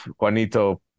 Juanito